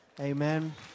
amen